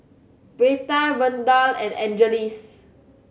Reta Randall and Angeles